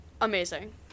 Amazing